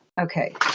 Okay